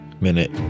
Minute